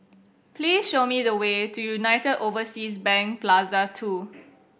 please show me the way to United Overseas Bank Plaza Two